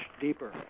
deeper